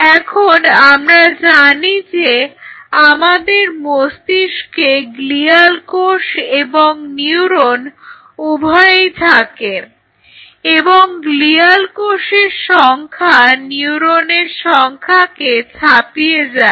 এখন আমরা জানি যে আমাদের মস্তিষ্কে গ্লিয়াল কোষ এবং নিউরন উভয়ই থাকে এবং গ্লিয়াল কোষের সংখ্যা নিউরনের সংখ্যাকে ছাপিয়ে যায়